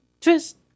twist